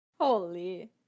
Holy